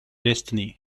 destiny